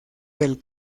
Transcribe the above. del